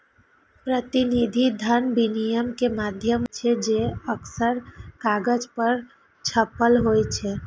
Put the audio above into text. प्रतिनिधि धन विनिमय के माध्यम होइ छै, जे अक्सर कागज पर छपल होइ छै